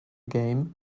game